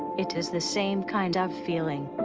it is the same kind of feeling.